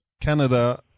Canada